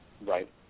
Right